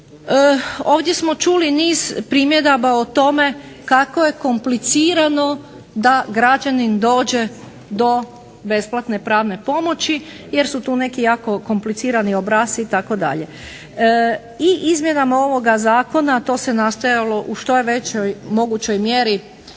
Ovdje smo čuli niz primjedaba o tome kako je komplicirano da građanin dođe do besplatne pravne pomoći, jer su tu neki jako komplicirani obrasci itd. I izmjenama ovoga zakona to se nastojalo u što je većoj mogućoj mjeri